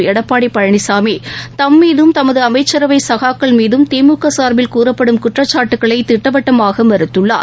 எடப்பாடி பழனிசாமி தம் மீதும் தமது அமைச்சரவை சகாக்கள் மீதும் திமுக சாா்பில் கூறப்படும் குற்றச்சாட்டுக்களை திட்டவட்டமாக மறுத்துள்ளார்